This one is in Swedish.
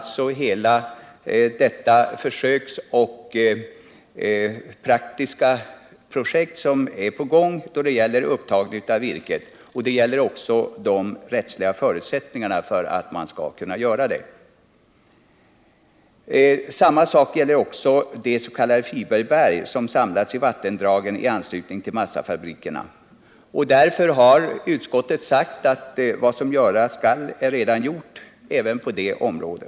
Bakgrunden till detta påpekande är det stora praktiska försöksprojekt beträffande upptagning av virket och den prövning av de rättsliga förutsättningarna härför som pågår. Detsamma gäller också de s.k. fiberberg som samlats i vattendragen i anslutning till massafabrikerna. Därför har utskottet sagt att vad som skall göras redan är gjort även på detta område.